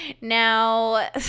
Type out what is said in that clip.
Now